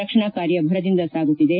ರಕ್ಷಣಾ ಕಾರ್ಯ ಭರದಿಂದ ಸಾಗುತ್ತಿದೆ